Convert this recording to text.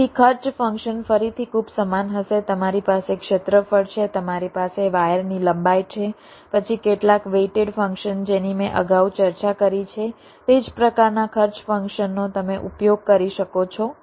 તેથી ખર્ચ ફંક્શન ફરીથી ખૂબ સમાન હશે તમારી પાસે ક્ષેત્રફળ છે તમારી પાસે વાયર ની લંબાઈ છે પછી કેટલાક વેઈટેડ ફંક્શન જેની મેં અગાઉ ચર્ચા કરી છે તે જ પ્રકારના ખર્ચ ફંક્શનનો તમે ઉપયોગ કરી શકો છો